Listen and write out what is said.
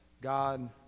God